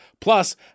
Plus